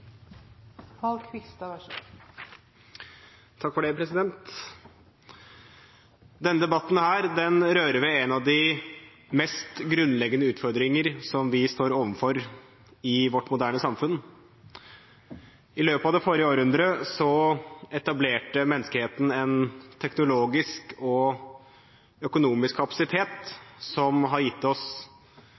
kome til votering. Så eg og Venstre kjem i alle fall til å stemme for, og det vil eg oppfordre andre representantar i salen også til å gjere. Denne debatten rører ved en av de mest grunnleggende utfordringer som vi står overfor i vårt moderne samfunn. I løpet av det forrige århundret etablerte menneskeheten en teknologisk og